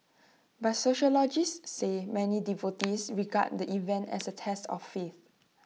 but sociologists say many devotees regard the event as A test of faith